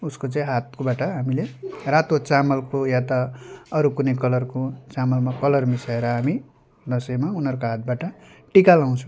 उसको चाहिँ हातबाट हामीले रातो चामलको या त अरू कुनै कलरको चामलमा कलर मिसाएर हामी दसैँमा उनीहरूको हातबाट टिका लगाउँछौँ